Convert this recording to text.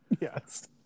Yes